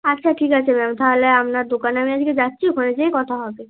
আচ্ছা ঠিক আছে ম্যাম তাহলে আপনার দোকানে আমি আজকে যাচ্ছি ওখানে যেয়েই কথা হবে